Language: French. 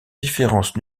différences